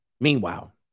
Meanwhile